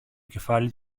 κεφάλι